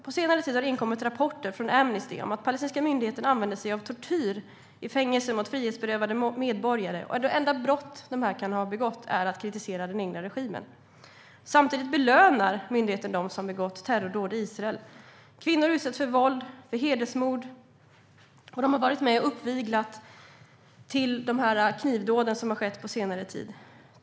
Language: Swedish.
På senare tid har det inkommit rapporter från Amnesty om att den palestinska myndigheten använder sig av tortyr i fängelser mot frihetsberövade medborgare. Det enda brott dessa människor har begått är att kritisera den egna regimen. Samtidigt belönar myndigheten dem som har begått terrordåd i Israel. Kvinnor utsätts för våld och hedersmord. Myndigheten har varit med och uppviglat till de knivdåd som har skett på senare tid.